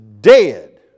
dead